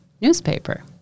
newspaper